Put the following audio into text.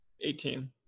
Eighteen